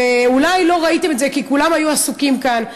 אולי לא ראיתם את זה כי כולם היו עסוקים כאן,